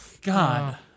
God